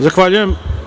Zahvaljujem.